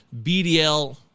BDL